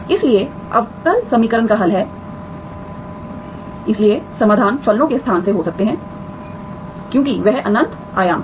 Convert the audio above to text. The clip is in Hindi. इसलिए अवकल समीकरण का हल है इसलिए समाधान फलनों के स्थान से हो सकते हैं क्योंकि वह अनंत आयाम है